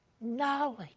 knowledge